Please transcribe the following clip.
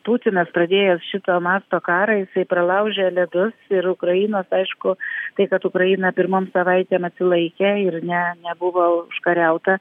putinas pradėjęs šito masto karą jisai pralaužė ledus ir ukrainos aišku tai kad ukraina pirmom savaitėm atsilaikė ir ne nebuvo užkariauta